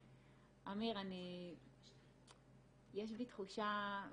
ואמיר, יש בי תחושה,